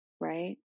right